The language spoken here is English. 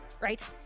right